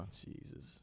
Jesus